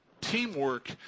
Teamwork